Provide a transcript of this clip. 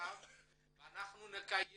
רחב ואנחנו נקיים